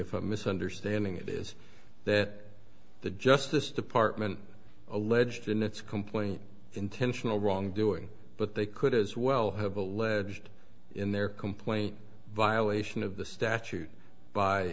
i'm misunderstanding it is that the justice department alleged in its complaint intentional wrongdoing but they could as well have alleged in their complaint violation of the statute by